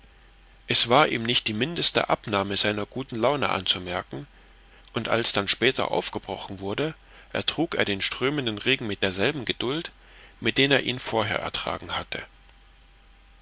es war ihm nicht die mindeste abnahme seiner guten laune anzumerken und als dann später aufgebrochen wurde ertrug er den strömenden regen mit derselben geduld mit der er ihn vorher ertragen hatte